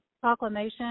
proclamation